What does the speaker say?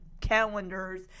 calendars